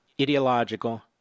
ideological